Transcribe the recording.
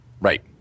right